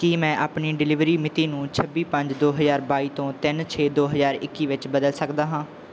ਕੀ ਮੈਂ ਆਪਣੀ ਡਲੀਵਰੀ ਮਿਤੀ ਨੂੰ ਛੱਬੀ ਪੰਜ ਦੋ ਹਜ਼ਾਰ ਬਾਈ ਤੋਂ ਤਿੰਨ ਛੇ ਦੋ ਹਜ਼ਾਰ ਇੱਕੀ ਵਿੱਚ ਬਦਲ ਸਕਦਾ ਹਾਂ